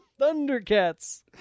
Thundercats